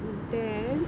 then